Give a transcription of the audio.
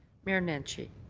mayor nenshi.